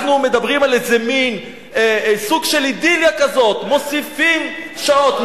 אנחנו מדברים על סוג של אידיליה כזאת: מוסיפים שעות.